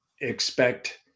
expect